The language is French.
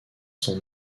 son